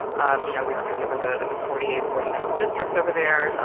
um you know, we were kind of in the forty eighth, forty ninth districts over there,